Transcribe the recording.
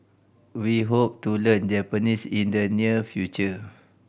we hope to learn Japanese in the near future